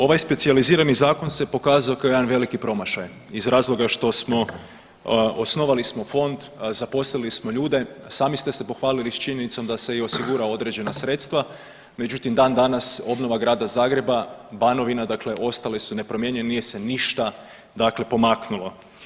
Ovaj specijalizirani zakon se pokazao kao jedan veliki promašaj iz razloga što smo, osnovali smo fond, zaposlili smo ljude, sami ste se pohvalili već činjenicom da se i osigurao određena sredstva, međutim, dan danas grada Zagreba, Banovina, dakle ostali su nepromijenjeni, nije se ništa dakle pomaknulo.